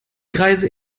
greise